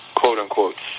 quote-unquote